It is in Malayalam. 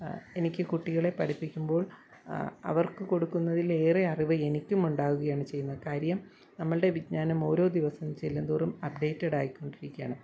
എനിക്ക് കുട്ടികളെ പഠിപ്പിക്കുമ്പോൾ അവർക്ക് കൊടുക്കുന്നതിലേറെ അറിവ് എനിക്കുമുണ്ടാവുകയാണ് ചെയ്യുന്നത് കാര്യം നമ്മളുടെ വിജ്ഞാനം ഓരോ ദിവസം ചെല്ലുന്തോറും അപ്ഡേറ്റഡായികൊണ്ടിരിക്കുകയാണ്